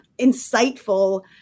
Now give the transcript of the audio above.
insightful